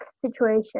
situation